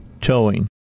towing